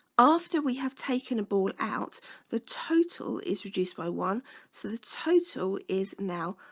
after we have taken ball out the total is reduced by one so the total is now